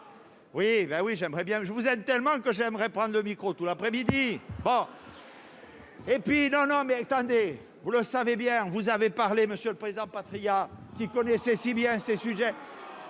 oui, ben oui, j'aimerais bien que vous êtes tellement que j'aimerais prendre le micro, tout l'après-midi. Et puis non, non, mais attendez, vous le savez bien, vous avez parlé, Monsieur le Président, Patriat qui connaissait si bien à ce sujet.